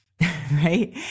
right